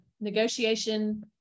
negotiation